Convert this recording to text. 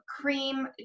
cream